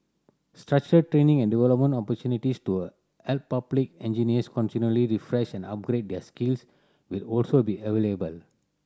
structured training and development opportunities to a help public engineers continually refresh and upgrade their skills will also be available